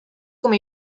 como